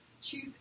choose